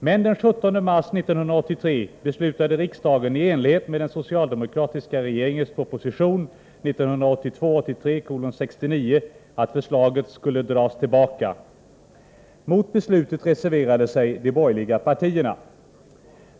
Men den 17 mars 1983 beslutade riksdagen i enlighet med den socialdemokratiska regeringens proposition 1982/83:69 att förslaget skulle dras tillbaka. Mot beslutet reserverade sig de borgerliga partierna.